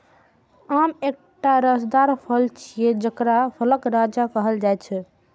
आम एकटा रसदार फल छियै, जेकरा फलक राजा कहल जाइ छै